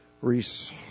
reese